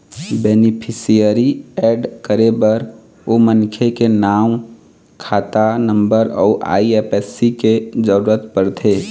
beneficiary add करे बर ओ मनखे के नांव, खाता नंबर अउ आई.एफ.एस.सी के जरूरत परथे